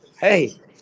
Hey